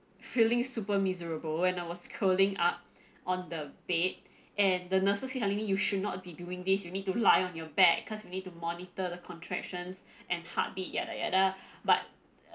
feeling super miserable and I was curling up on the bed and the nurses telling me you should not be doing this you need to lie on your back cause we need to monitor the contractions and heartbeat yada yada but